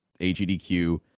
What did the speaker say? AGDQ